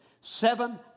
seven